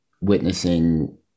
witnessing